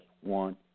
One